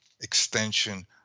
extension